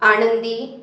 आनंदी